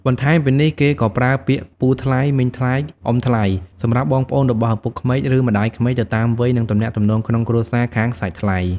បន្ថែមពីនេះ គេក៏ប្រើពាក្យ ពូថ្លៃ មីងថ្លៃ អ៊ំថ្លៃ សម្រាប់បងប្អូនរបស់ឪពុកក្មេក ឬម្ដាយក្មេក ទៅតាមវ័យ និងទំនាក់ទំនងក្នុងគ្រួសារខាងសាច់ថ្លៃ។